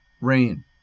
rain